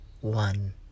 one